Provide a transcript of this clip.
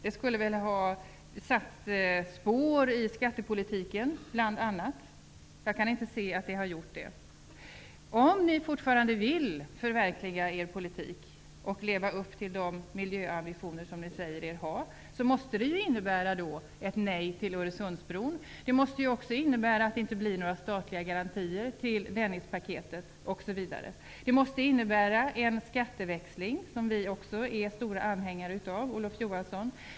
Det skulle väl ha satt spår i bl.a. skattepolitiken. Jag kan inte se att det har hänt. Om Centerpartiet fortfarande vill förverkliga sin politik och leva upp till de miljöambitioner ni säger er ha, måste det innebära ett nej till Öresundsbron. Det måste också innebära att det inte blir några statliga garantier till Dennispaketet osv. Det måste innebära en skatteväxling, som vi är stora anhängare av.